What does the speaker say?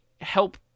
help